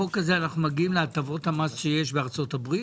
בחוק הזה אנחנו מגיעים להטבות המס שיש בארצות הברית?